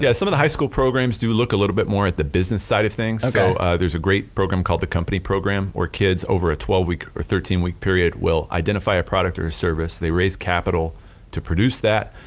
yeah some of the high school programs do look a little bit more at the business side of things so there's a great program called the company program where kids over a twelve week or thirteen week period will identify a product or a service, they raise capital to produce that,